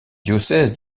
diocèse